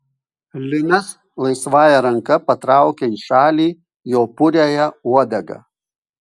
linas laisvąja ranka patraukia į šalį jo puriąją uodegą